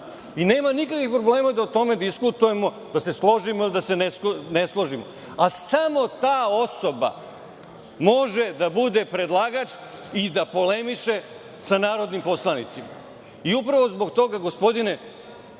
Vlade. Nema nikakvih problema da o tome diskutujemo, da se složimo ili da se ne složimo, ali samo ta osoba može da bude predlagač i da polemiše sa narodnim poslanicima. Upravo zbog toga, gospodine